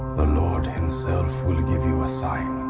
the lord himself will give you a sign.